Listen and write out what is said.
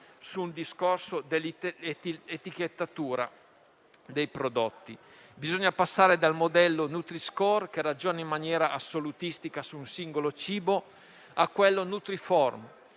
sul discorso dell'etichettatura dei prodotti. Bisogna passare dal modello nutri-score, che ragiona in maniera assolutistica su un singolo cibo, a quello nutrinform,